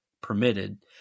permitted